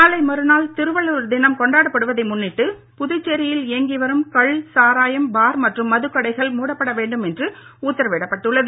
நாளை மறுநாள் திருவள்ளுவர் தினம் கொண்டாடப்படுவதை முன்னிட்டு புதுச்சேரியில் இயங்கி வரும் கள் சாராயம் பார் மற்றும் மதுக்கடைகள் மூடப்பட வேண்டும் என்று உத்தரவிடப்பட்டுள்ளது